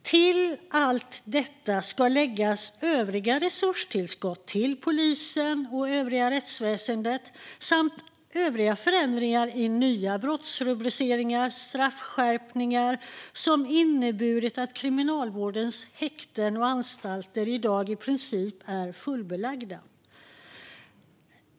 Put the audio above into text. Till allt detta ska läggas övriga resurstillskott till polisen och resten av rättsväsendet samt övriga förändringar i nya brottsrubriceringar och straffskärpningar som inneburit att Kriminalvårdens häkten och anstalter i princip är fullbelagda.